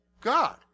God